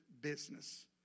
business